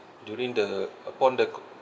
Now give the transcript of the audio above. during the upon the